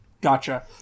Gotcha